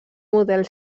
model